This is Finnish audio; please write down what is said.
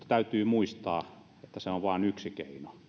täytyy muistaa että se on vain yksi keino